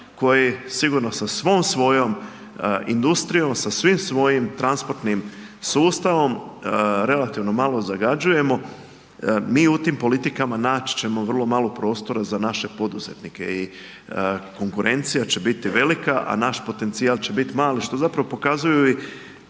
koje sigurno sa svom svojom industrijom, sa svim svojim transportnim sustavom relativno malo zagađujemo. Mi u tim politikama naći ćemo vrlo malo prostora za naše poduzetnike i konkurencija će biti velika, a naš potencijal će biti mali što zapravo pokazuju i